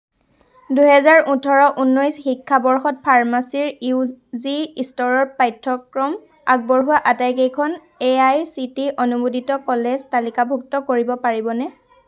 দুহেজাৰ ওঠৰ ঊনৈছ শিক্ষাবৰ্ষত ফাৰ্মাচীউৰ ইউ জি স্তৰৰ পাঠ্যক্ৰম আগবঢ়োৱা আটাইকেইখন এ আই চি টিই অনুমোদিত কলেজ তালিকাভুক্ত কৰিব পাৰিবনে